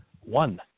One